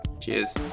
Cheers